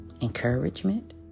encouragement